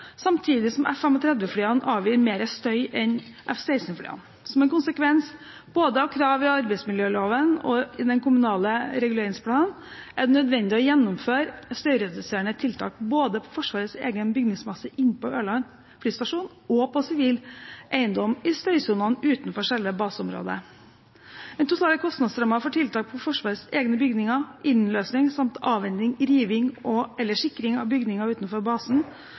samtidig som F-35-flyene avgir mer støy enn F-16-flyene. Som en konsekvens av krav både i arbeidsmiljøloven og i den kommunale reguleringsplanen er det nødvendig å gjennomføre støyreduserende tiltak både på Forsvarets egen bygningsmasse inne på Ørland flystasjon og på sivil eiendom i støysonene utenfor selve baseområdet. Den totale kostnadsrammen for tiltak på Forsvarets egne bygninger, innløsning samt avhending, rivning eller sikring av bygninger utenfor basen